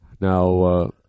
Now